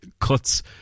cuts